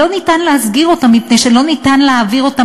לא ניתן להסגיר אותם מפני שלא ניתן להעביר אותם